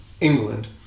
England